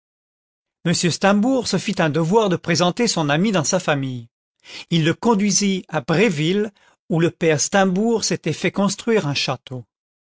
m steimbourg se fit un devoir de présenter son ami dans sa famille il le conduisit à biéville où le père steimbourg s'était fait construire un châ